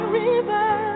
river